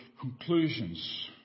conclusions